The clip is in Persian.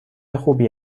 خوبی